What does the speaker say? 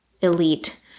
elite